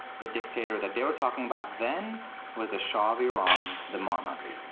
the dictator that they were talking about then was the shah of iran, the monarch.